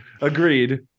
agreed